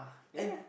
ya